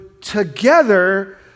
Together